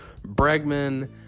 Bregman